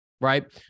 right